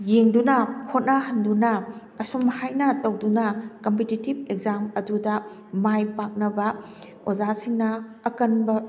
ꯌꯦꯡꯗꯨꯅ ꯍꯣꯠꯅꯍꯟꯗꯨꯅ ꯑꯁꯨꯝ ꯍꯥꯏꯅ ꯇꯧꯗꯨꯅ ꯀꯝꯄꯤꯇꯤꯇꯤꯞ ꯑꯦꯛꯖꯥꯝ ꯑꯗꯨꯗ ꯃꯥꯏ ꯄꯥꯛꯅꯕ ꯑꯣꯖꯥꯁꯤꯡꯅ ꯑꯀꯟꯕ